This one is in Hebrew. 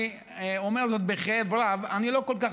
ואני אומר זאת בכאב רב: אני גם לא כל כך